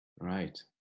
Right